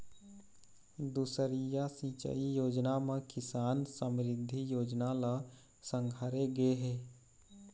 दुसरइया सिंचई योजना म किसान समरिद्धि योजना ल संघारे गे हे